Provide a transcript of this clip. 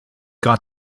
got